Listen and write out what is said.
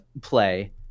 play